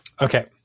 Okay